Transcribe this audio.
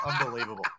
Unbelievable